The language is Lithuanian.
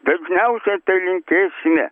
dažniausiai tai linkėsime